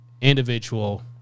individual